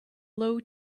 low